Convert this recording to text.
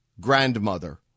grandmother